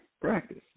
practice